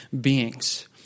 beings